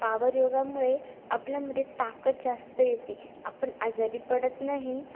power योगामुळे आपल्यामध्ये ताकद जास्त येते आपण आजारी पडत नाही